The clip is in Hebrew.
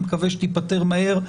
אני מקווה שהיא תיפתר מהר.